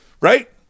right